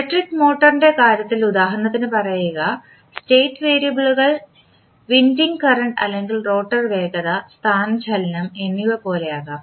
electric മോട്ടോറിന്റെ കാര്യത്തിൽ ഉദാഹരണത്തിന് പറയുക സ്റ്റേറ്റ് വേരിയബിളുകൾ വിൻഡിംഗ് കറന്റ് അല്ലെങ്കിൽ റോട്ടർ വേഗത സ്ഥാനചലനം എന്നിവ പോലെയാകാം